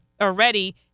already